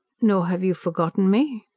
nor have you forgotten me?